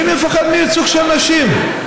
מי מפחד מייצוג של נשים?